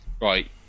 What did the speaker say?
right